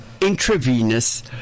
intravenous